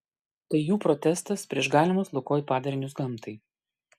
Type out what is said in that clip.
tai jų protestas prieš galimus lukoil padarinius gamtai